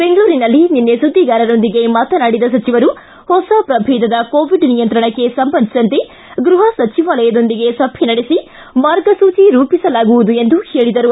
ಬೆಂಗಳೂರಿನಲ್ಲಿ ನಿನ್ನೆ ಸುದ್ದಿಗಾರರೊಂದಿಗೆ ಮಾತನಾಡಿದ ಸಚಿವರು ಹೊಸ ಪ್ರಭೇದದ ಕೋವಿಡ್ ನಿಯಂತ್ರಣಕ್ಕೆ ಸಂಬಂಧಿಸಿದಂತೆ ಗೃಪ ಸಚಿವಾಲಯದೊಂದಿದೆ ಸಭೆ ನಡೆಸಿ ಮಾರ್ಗಸೂಚಿ ರೂಪಿಸಲಾಗುವುದು ಎಂದು ಹೇಳಿದರು